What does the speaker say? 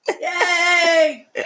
Yay